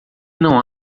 não